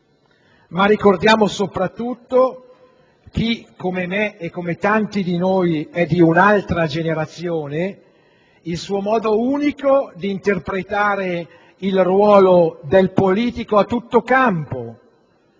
Ma ricordiamo soprattutto, chi come me e come tanti di noi è di un'altra generazione, il suo modo unico di interpretare il ruolo del politico a tutto campo;